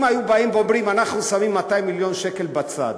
אם היו באים ואומרים: אנחנו שמים 200 מיליון שקל בצד,